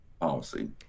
policy